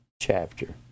chapter